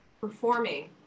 performing